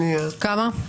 כמה?